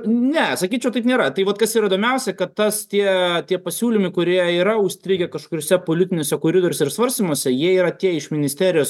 ne sakyčiau taip nėra tai vat kas ir įdomiausia kad tas tie tie pasiūlymai kurie yra užstrigę kažkuriuose politiniuose koridoriuose ir svarstymuose jie yra tie iš ministerijos